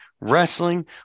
wrestling